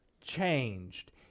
changed